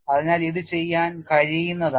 അതിനാൽ ഇത് ചെയ്യാൻ കഴിയുന്നതാണ്